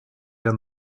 and